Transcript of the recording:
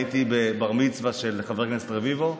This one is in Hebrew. הייתי בבר-מצווה של חבר הכנסת רביבו,